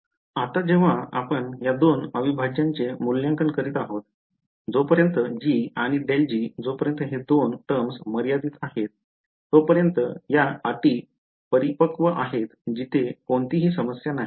आता जेव्हा आपण या दोन अविभाजनांचे मूल्यांकन करीत आहोत जोपर्यंत g आणि ∇g जोपर्यंत ते दोन टर्म्स मर्यादित आहेत तोपर्यन्त या अटी परिपक्व आहेत तिथे कोणतीही समस्या नाही